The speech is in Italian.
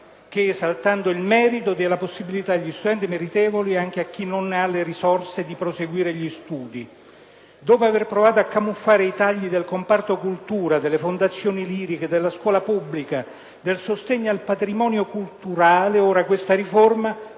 che, esaltando il merito, diano la possibilità agli studenti meritevoli, e anche a chi non ha le risorse, di proseguire gli studi. Dopo aver provato a camuffare i tagli al comparto cultura, alle fondazioni liriche, alla scuola pubblica, al sostegno al patrimonio culturale, ora questa riforma